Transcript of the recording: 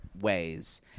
ways